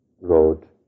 Road